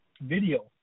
video